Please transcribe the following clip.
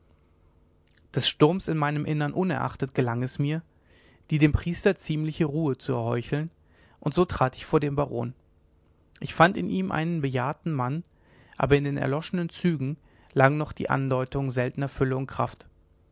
des sturms in meinem innern unerachtet gelang es mir die dem priester ziemliche ruhe zu erheucheln und so trat ich vor den baron ich fand in ihm einen bejahrten mann aber in den erloschenen zügen lagen noch die andeutungen seltner fülle und kraft